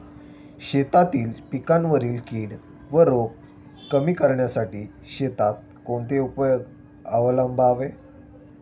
शेतातील पिकांवरील कीड व रोग कमी करण्यासाठी शेतात कोणते उपाय अवलंबावे?